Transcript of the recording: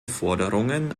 forderungen